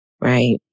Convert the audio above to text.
right